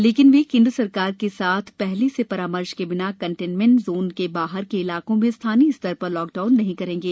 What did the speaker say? लेकिन वे केन्द्र सरकार के साथ पहले से परामर्श के बिना कन्टेमेंट जोन के बाहर के इलाकों में स्थानीय स्तर पर लॉकडाउन लागू नहीं करेंगे